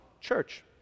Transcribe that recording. church